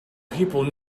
people